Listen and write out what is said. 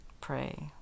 pray